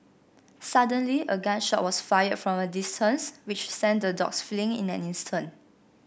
suddenly a gun shot was fired from a distance which sent the dogs fleeing in an instant